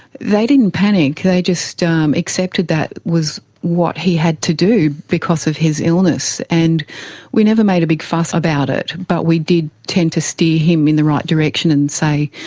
they didn't panic, they just um accepted that was what he had to do because of his illness. and we never made a big fuss about it, but we did tend to steer him in the right direction and say,